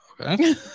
Okay